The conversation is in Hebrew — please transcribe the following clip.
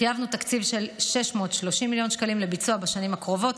חייבנו תקציב של 630 מיליון שקלים לביצוע בשנים הקרובות,